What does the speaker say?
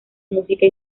música